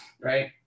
right